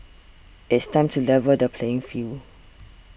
it's time to level the playing field